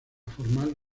formal